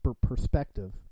perspective